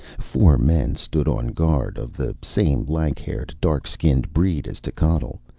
four men stood on guard, of the same lank-haired, dark-skinned breed as techotl,